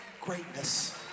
greatness